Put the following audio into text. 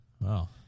Wow